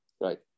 right